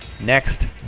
next